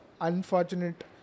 unfortunate